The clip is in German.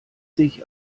sich